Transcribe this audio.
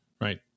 right